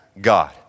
God